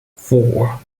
four